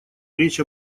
речь